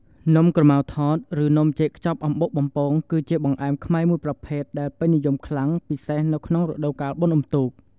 នំក្រម៉ៅថត ឬនំចេកខ្ចប់អំបុកបំពង គឺជាបង្អែមខ្មែរមួយប្រភេទដែលពេញនិយមខ្លាំង ពិសេសក្នុងរដូវកាលបុណ្យអុំទូក។